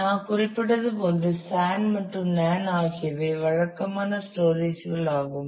நாம் குறிப்பிட்டது போன்று SAN மற்றும் NAN ஆகியவை வழக்கமான ஸ்டோரேஜ்கள் ஆகும்